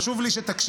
חשוב לי שתקשיב,